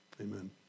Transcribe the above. Amen